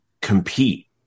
compete